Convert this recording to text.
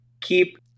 keep